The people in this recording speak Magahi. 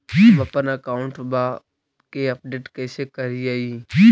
हमपन अकाउंट वा के अपडेट कैसै करिअई?